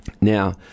Now